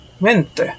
Mente